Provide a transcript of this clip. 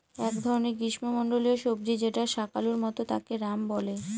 এক ধরনের গ্রীস্মমন্ডলীয় সবজি যেটা শাকালুর মত তাকে য়াম বলে